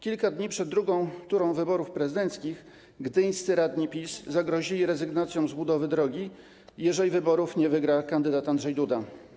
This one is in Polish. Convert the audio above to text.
Kilka dni przed drugą turą wyborów prezydenckich gdyńscy radni PiS zagrozili rezygnacją z budowy drogi, jeżeli wyborów nie wygra kandydat Andrzej Duda.